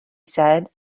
said